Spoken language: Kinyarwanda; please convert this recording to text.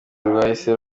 rwahise